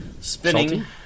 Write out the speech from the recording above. spinning